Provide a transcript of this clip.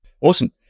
Awesome